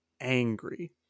angry